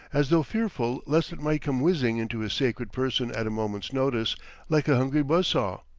as though fearful lest it might come whizzing into his sacred person at a moment's notice like a hungry buzz-saw.